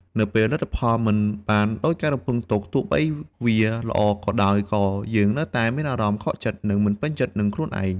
នៅពេលលទ្ធផលមិនបានដូចការរំពឹងទុក ទោះបីវាល្អក៏ដោយ ក៏យើងនៅតែមានអារម្មណ៍ខកចិត្ត និងមិនពេញចិត្តនឹងខ្លួនឯង។